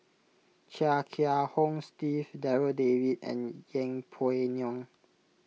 Chia Kiah Hong Steve Darryl David and Yeng Pway Ngon